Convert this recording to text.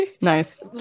Nice